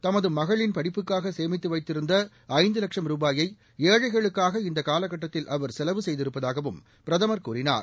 தமது மகளின் படிப்புக்காக சேமித்து வைத்திருந்த ஐந்து லட்சம் ரூபாயை ஏழைகளுக்காக இந்த கால கட்டத்தில் அவர் செலவு செய்திருப்பதாகவும் பிரதமர் கூறினார்